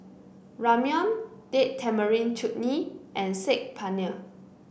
Ramyeon Date Tamarind Chutney and Saag Paneer